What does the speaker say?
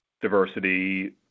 diversity